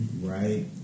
Right